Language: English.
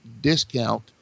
discount